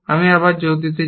আমি আবার জোর দিতে চাই